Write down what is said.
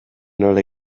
nola